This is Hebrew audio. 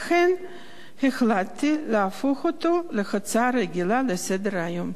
לכן החלטתי להפוך אותה להצעה רגילה לסדר-היום.